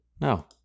No